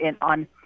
on